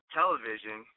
television